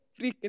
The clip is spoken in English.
freaking